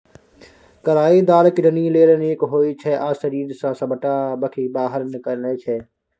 कलाइ दालि किडनी लेल नीक होइ छै आ शरीर सँ सबटा बिख बाहर निकालै छै